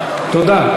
תודה.